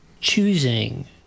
choosing